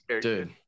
Dude